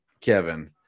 Kevin